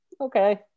okay